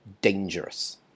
dangerous